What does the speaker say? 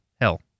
hell